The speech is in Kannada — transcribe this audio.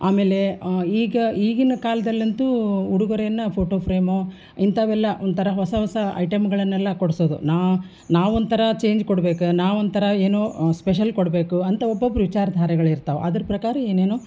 ಆಮೇಲೆ ಈಗ ಈಗಿನ ಕಾಲದಲ್ಲಂತೂ ಉಡುಗೊರೆನ ಫೋಟೊ ಫ್ರೇಮೋ ಇಂಥವೆಲ್ಲ ಒಂಥರ ಹೊಸ ಹೊಸ ಐಟಮ್ಗಳನೆಲ್ಲ ಕೊಡಿಸೋದು ನಾವೊಂಥರ ಚೇಂಜ್ ಕೊಡ್ಬೇಕು ನಾವೊಂಥರ ಏನೋ ಸ್ಪೆಷಲ್ ಕೊಡಬೇಕು ಅಂತ ಒಬ್ಬೊಬ್ರ ವಿಚಾರಧಾರೆಗಳು ಇರ್ತಾವೆ ಅದ್ರ ಪ್ರಕಾರ ಏನೇನೋ